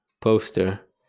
poster